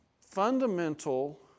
fundamental